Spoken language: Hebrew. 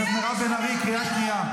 שבי במקום.